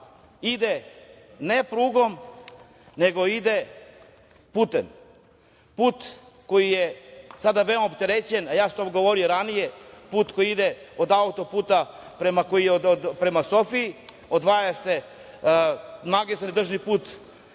ide ne prugom, nego ide putem. Put koji je sada veoma opterećen, a ja sam o tome govorio ranije, put koji ide od autoputa prema Sofiji odvaja se, magistralni državni put,